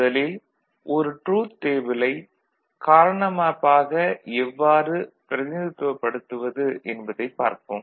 முதலில் ஒரு ட்ரூத் டேபிளை கார்னா மேப் ஆக எவ்வாறு பிரதிநிதித்துவப்படுத்துவது என்பதைப் பார்ப்போம்